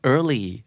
Early